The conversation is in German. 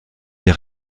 der